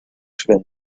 cela